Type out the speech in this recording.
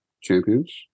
champions